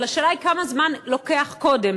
אבל השאלה היא כמה זמן עובר קודם.